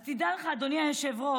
אז תדע לך, אדוני היושב-ראש,